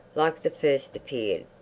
like the first, appeared.